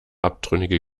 abtrünnige